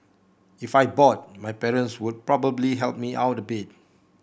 if I bought my parents would probably help me out a bit